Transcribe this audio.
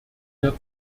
der